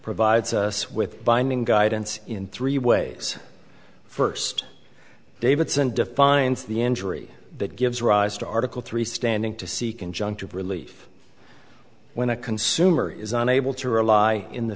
provides us with binding guidance in three ways first davidson defines the injury that gives rise to article three standing to seek injunctive relief when a consumer is unable to rely in the